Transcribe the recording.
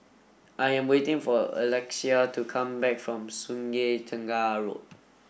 I am waiting for Alexia to come back from Sungei Tengah Road